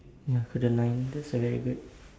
ya kodaline that's a very good